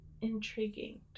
intriguing